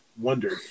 wondered